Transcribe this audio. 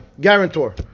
guarantor